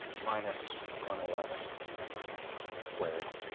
minus one eleven squared,